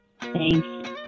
Thanks